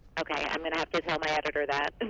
okay. i'm going to have to tell my editor that.